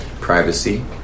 privacy